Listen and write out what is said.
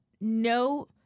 no